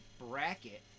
bracket